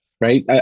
right